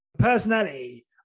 Personality